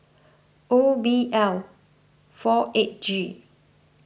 O B L four eight G